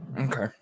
Okay